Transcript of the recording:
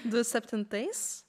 du septintais